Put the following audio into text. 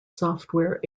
software